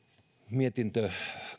mietintö